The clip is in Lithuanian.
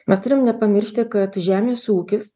mes turim nepamiršti kad žemės ūkis